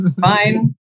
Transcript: Fine